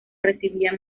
recibía